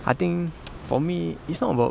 I think for me it's not about